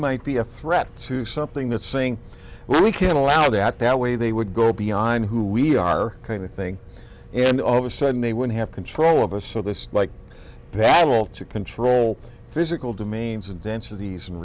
might be a threat to something that's saying well we can't allow that that way they would go beyond who we are kind of thing and all of a sudden they would have control of us so this like battle to control physical demeans and dances these